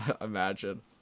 Imagine